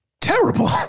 terrible